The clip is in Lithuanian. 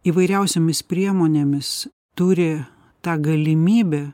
įvairiausiomis priemonėmis turi tą galimybę